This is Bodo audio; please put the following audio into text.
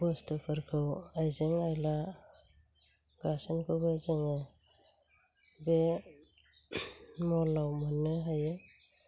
बुस्तुफोरखौ आइजें आइला गासैखौबो जोङो बे मलाव मोननो हायो